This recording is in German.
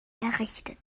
errichtet